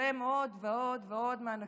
ולשלם עוד ועוד מענקים,